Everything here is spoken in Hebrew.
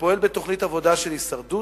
שפועל בתוכנית עבודה של הישרדות,